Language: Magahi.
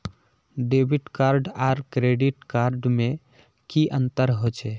डेबिट कार्ड आर क्रेडिट कार्ड में की अंतर होचे?